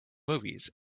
movies